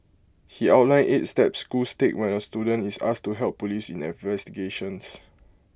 he outlined eight steps schools take when A student is asked to help Police in investigations